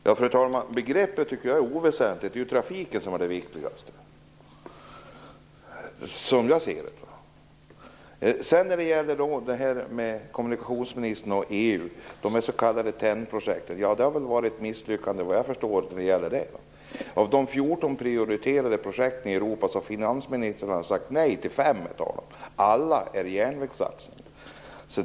Fru talman! Begreppet tycker jag är oväsentligt. Det är ju trafiken som är det viktigaste, som jag ser det. När det gäller kommunikationsministern och EU och det s.k. TEN-projektet har det vad jag förstår varit ett misslyckande. Av de 14 prioriterade projekten i Europa har finansministrarna sagt nej till fem. Alla är järnvägssatsningar.